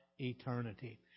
eternity